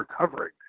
recovering